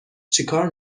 چیکار